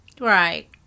Right